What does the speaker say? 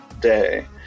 day